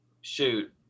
shoot